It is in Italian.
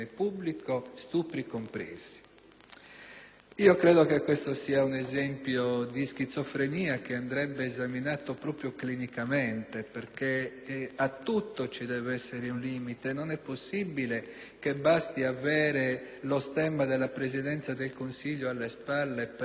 Credo che questo sia un esempio di schizofrenia che andrebbe esaminato proprio clinicamente, perché a tutto deve esserci un limite, non è possibile che basti avere lo stemma della Presidenza del Consiglio alle spalle per poter sparare le peggiori sciocchezze: